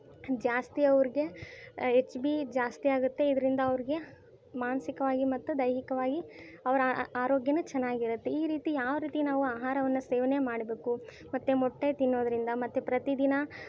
ಜಾಸ್ತಿ ಅವ್ರಿಗೆ H B ಜಾಸ್ತಿ ಆಗುತ್ತೆ ಇದರಿಂದ ಅವ್ರಿಗೆ ಮಾನಸಿಕವಾಗಿ ಮತ್ತು ದೈಹಿಕವಾಗಿ ಅವರ ಆರೋಗ್ಯವೂ ಚೆನ್ನಾಗಿರುತ್ತೆ ಈ ರೀತಿ ಯಾವರೀತಿ ನಾವು ಆಹಾರವನ್ನ ಸೇವನೆ ಮಾಡಬೇಕು ಮತ್ತು ಮೊಟ್ಟೆ ತಿನ್ನೋದರಿಂದ ಮತ್ತು ಪ್ರತಿ ದಿನ